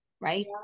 Right